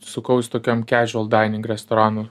sukausi tokiam kežiual daining restoranų